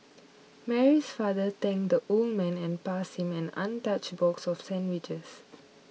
Mary's father thanked the old man and passed him an untouched box of sandwiches